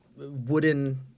Wooden